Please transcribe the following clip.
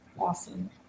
Awesome